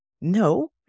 no